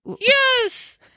Yes